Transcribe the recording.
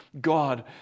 God